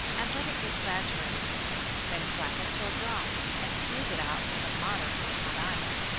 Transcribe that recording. and let it get saturated with it then clap it till dry, and smooth it out with a moderately hot iron.